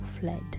fled